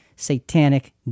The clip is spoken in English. satanic